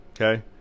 Okay